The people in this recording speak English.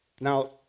Now